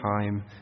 time